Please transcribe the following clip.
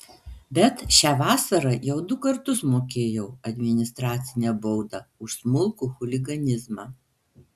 bet šią vasarą jau du kartus mokėjau administracinę baudą už smulkų chuliganizmą